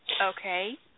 Okay